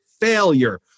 failure